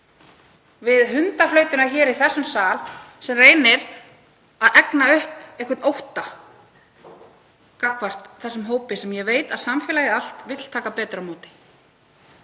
við hundaflautuna hér í þessum sal sem reynir að egna upp einhvern ótta gagnvart þessum hópi sem ég veit að samfélagið allt vill taka betur á móti.